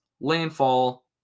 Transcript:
landfall